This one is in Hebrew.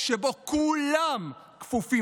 שר הביטחון ליברמן לאסור כניסת משפחות